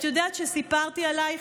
את יודעת שסיפרתי עלייך?